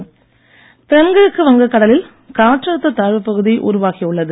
மழை தென்கிழக்கு வங்க கடலில் காற்றழுத்த தாழ்வுப் பகுதி உருவாகி உள்ளது